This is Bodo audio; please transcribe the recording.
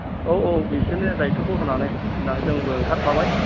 औ औ बिसोरनो दायथ'खौ होनानै दा जोंबो ओंखारफाबाय